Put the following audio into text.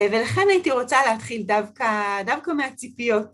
ולכן הייתי רוצה להתחיל דווקא מהציפיות.